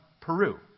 Peru